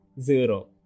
zero